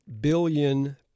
billion